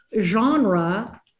genre